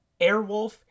Airwolf